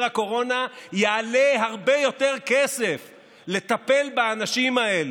הקורונה יעלה הרבה יותר כסף לטפל באנשים האלה?